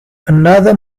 another